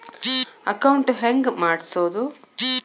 Account ಹೆಂಗ್ ಮಾಡ್ಸೋದು?